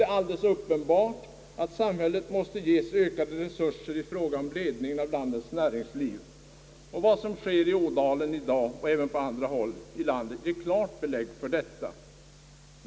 Det är uppenbart att samhället måste ges ökade resurser i fråga om ledningen av landets näringsliv. Vad som sker i Ådalen i dag och även på andra håll i landet ger klart belägg för detta.